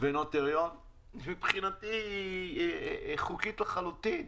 ונוטריון אז מבחינתי היא חוקית לחלוטין.